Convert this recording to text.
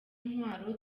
ntwaro